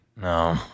No